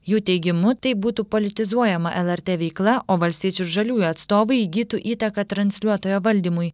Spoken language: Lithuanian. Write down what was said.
jų teigimu taip būtų politizuojama lrt veikla o valstiečių ir žaliųjų atstovai įgytų įtaką transliuotojo valdymui